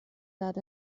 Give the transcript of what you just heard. that